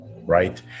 Right